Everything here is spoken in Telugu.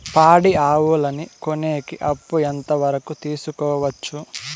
పాడి ఆవులని కొనేకి అప్పు ఎంత వరకు తీసుకోవచ్చు?